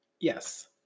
Yes